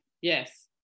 Yes